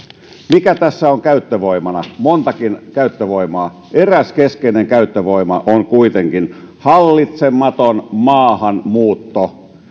mikä tässä on käyttövoimana montakin käyttövoimaa eräs keskeinen käyttövoima on kuitenkin hallitsematon maahanmuutto